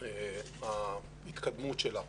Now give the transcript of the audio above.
ובהתקדמות שלה.